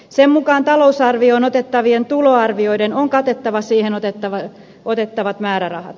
sen mukaan talousarvioon otettavien tuloarvioiden on katettava siihen otettavat määrärahat